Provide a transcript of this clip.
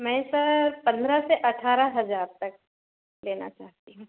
मैं सर पंद्रह से अठारह हज़ार तक लेना चाहती हूँ